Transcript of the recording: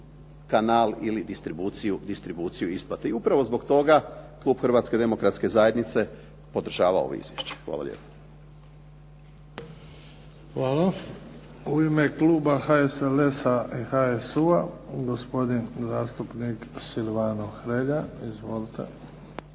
kanal ili distribuciju isplate. I zbog toga klub Hrvatske demokratske zajednice podržava ovo izvješće. Hvala lijepo. **Bebić, Luka (HDZ)** Hvala. U ime kluba HSLS-a i HSU-a gospodin zastupnik Silvano Hrelja. Izvolite.